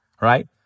right